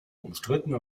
umstritten